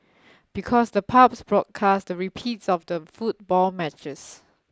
because the pubs broadcast the repeats of the football matches